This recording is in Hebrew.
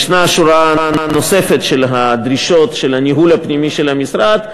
יש שורה נוספת של דרישות של הניהול הפנימי של המשרד,